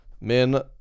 men